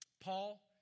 Paul